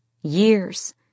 years